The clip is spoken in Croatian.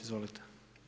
Izvolite.